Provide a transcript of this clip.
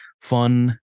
fun